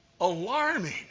alarming